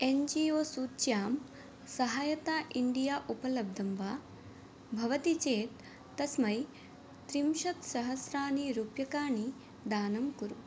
N G O सूच्यां सहायता India उपलब्धं वा भवति चेत् तस्मै त्रिंशत्सहस्राणि रूप्यकाणि दानं कुरु